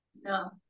no